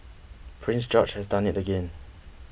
Prince George has done it again